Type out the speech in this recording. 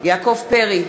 יעקב פרי,